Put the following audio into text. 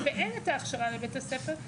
ואין את ההכשרה לבית הספר,